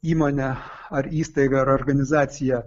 įmonė ar įstaiga ar organizacija